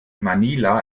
manila